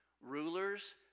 rulers